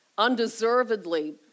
undeservedly